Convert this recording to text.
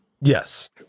Yes